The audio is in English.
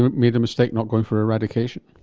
made a mistake not going for eradication?